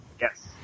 yes